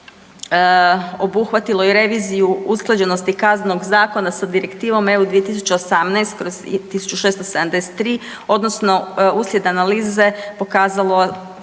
obuhvatilo i reviziju usklađenosti KZ-a sa Direktivom EU 2018/1673 odnosno uslijed analize pokazala